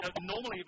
Normally